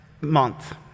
month